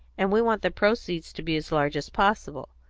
and we want the proceeds to be as large as possible.